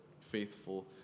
faithful